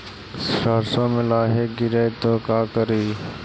सरसो मे लाहि गिरे तो का करि?